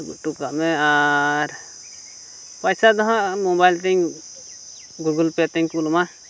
ᱟᱹᱜᱩ ᱦᱚᱴᱚ ᱠᱟᱜ ᱢᱮ ᱟᱨ ᱯᱚᱭᱥᱟ ᱫᱚᱦᱟᱸᱜ ᱢᱳᱵᱟᱭᱤᱞ ᱛᱤᱧ ᱜᱩᱜᱳᱞ ᱯᱮ ᱛᱤᱧ ᱩᱞ ᱟᱢᱟ